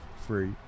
free